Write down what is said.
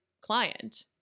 client